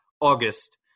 August